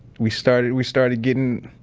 we started. we started getting